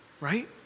right